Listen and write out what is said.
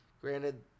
Granted